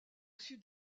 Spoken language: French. sud